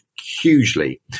hugely